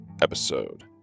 episode